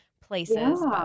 places